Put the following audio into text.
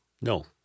No